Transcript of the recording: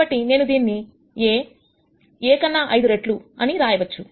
కాబట్టి నేను దీన్ని A A కన్నా 5 రెట్లు అని రాయవచ్చు